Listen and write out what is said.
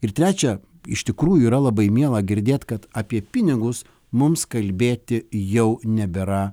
ir trečia iš tikrųjų yra labai miela girdėt kad apie pinigus mums kalbėti jau nebėra